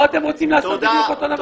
פה אתם רוצים לעשות בדיוק אותו דבר.